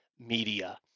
media